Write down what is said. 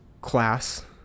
class